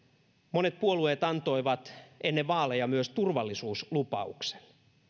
monet puolueet antoivat ennen vaaleja myös turvallisuuslupauksen